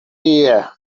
year